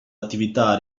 attività